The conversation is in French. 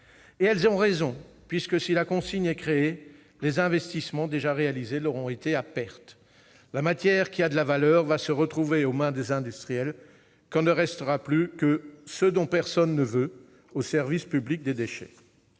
Elles ont raison, puisque, si la consigne est créée, les investissements déjà réalisés l'auront été à perte. La matière qui a de la valeur va se retrouver aux mains des industriels, tandis que ne restera plus au service public des déchets